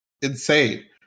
insane